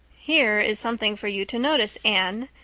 here is something for you to notice, anne.